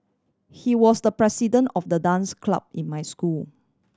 he was the president of the dance club in my school